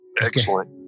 Excellent